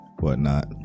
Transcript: whatnot